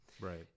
right